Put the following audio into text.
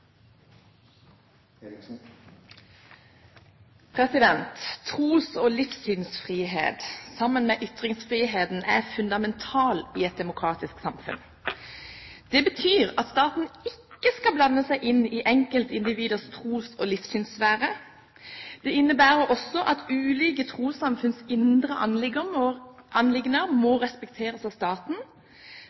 sammen med ytringsfriheten, fundamentalt i et demokratisk samfunn. Det betyr at staten ikke skal blande seg inn i enkeltindividers tros- og livssynssfære. Det innebærer også at ulike trossamfunns indre anliggender må respekteres av staten